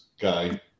guy